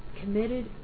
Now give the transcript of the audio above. committed